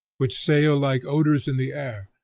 which sail like odors in the air,